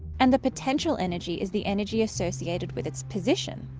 and the potential energy is the energy associated with its position.